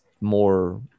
more